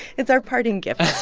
it's our parting gift.